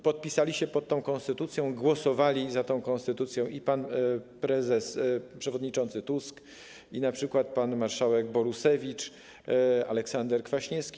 Podpisali się pod tą konstytucją, głosowali za tą konstytucją i pan prezes, przewodniczący Tusk, i np. pan marszałek Borusewicz, i Aleksander Kwaśniewski.